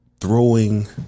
throwing